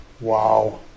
Wow